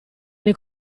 nei